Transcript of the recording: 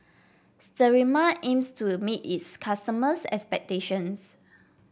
Sterimar aims to meet its customers' expectations